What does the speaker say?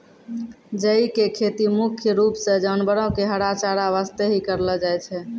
जई के खेती मुख्य रूप सॅ जानवरो के हरा चारा वास्तॅ हीं करलो जाय छै